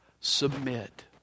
submit